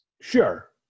Sure